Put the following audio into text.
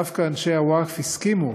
דווקא אנשי הווקף הסכימו